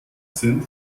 sind